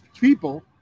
people